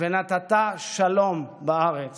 "ונתת שלום בארץ